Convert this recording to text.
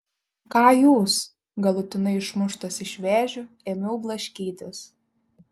ką jūs galutinai išmuštas iš vėžių ėmiau blaškytis